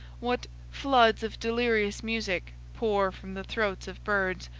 what floods of delirious music pour from the throats of birds,